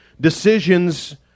decisions